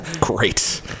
Great